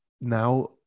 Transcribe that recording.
now